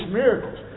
miracles